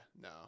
no